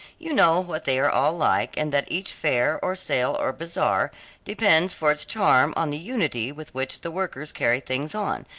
you know what they are all like, and that each fair or sale or bazaar depends for its charm on the unity with which the workers carry things on,